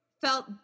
felt